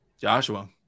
Joshua